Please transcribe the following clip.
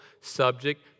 subject